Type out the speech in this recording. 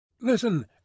Listen